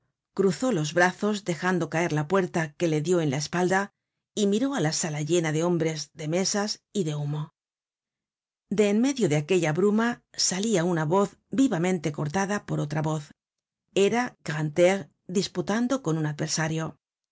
cruzó los brazos dejando caer la puerta que le dió en la espalda y miró á la sala llena de hombres de mesas y de humo de en medio de aquella bruma salia una voz vivamente cortada por otra voz era grantaire disputando con un adversario